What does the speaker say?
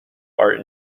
art